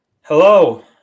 hello